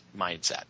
mindset